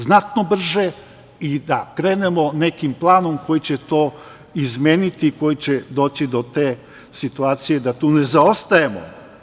Znatno brže i da krenemo nekim planom koji će to izmeniti i kojim će doći do te situacije da tu ne zaostajemo.